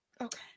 Okay